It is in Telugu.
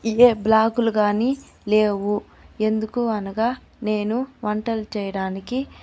ఏ బ్లాగులు గానీ లేవు ఎందుకు అనగా నేను వంటలు చేయడానికి